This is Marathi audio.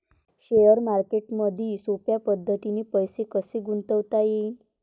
शेअर मार्केटमधी सोप्या पद्धतीने पैसे कसे गुंतवता येईन?